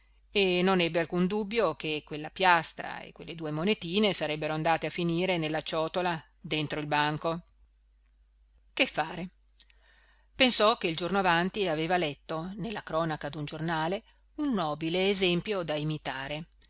e non ebbe alcun dubbio che quella piastra e quelle due monetine sarebbero andate a finire nella ciotola dentro il banco che fare pensò che il giorno avanti aveva letto nella cronaca d'un giornale un nobile esempio da imitare